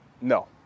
No